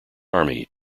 army